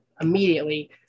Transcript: immediately